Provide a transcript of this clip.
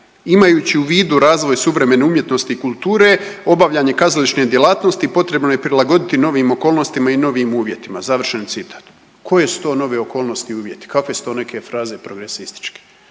Imajući u vidu razvoj suvremene umjetnosti i kulture, obavljanje kazališne djelatnosti potrebno je prilagoditi novim okolnostima i novim uvjetima, završen citat. Koje su to nove okolnosti i uvjeti? Kakve su to neke fraze .../Govornik